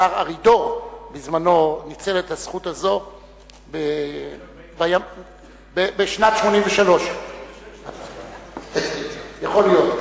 השר ארידור בזמנו ניצל את הזכות הזו בשנת 1983. יכול להיות.